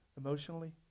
emotionally